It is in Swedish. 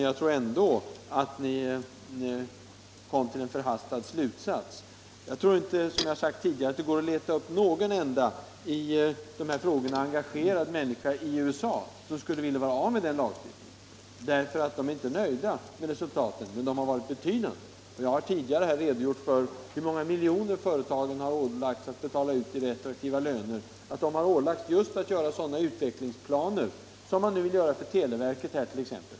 Jag tror ändå att ni kom fram till en förhastad slutsats. Som jag har sagt tidigare, tror jag inte det går att leta upp någon enda i de här frågorna engagerad människa i USA som skulle vilja vara av med den lagstiftningen. Visserligen är de inte nöjda med resultaten, men dessa har ändå varit betydande. Jag har tidigare redogjort för hur många miljoner företagen har ålagts att betala ut i retroaktiva löner, och att de har ålagts att utarbeta just sådana utvecklingsplaner som man nu vill göra t.ex. för televerket i Sverige.